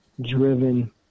driven